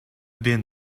been